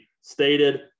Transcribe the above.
stated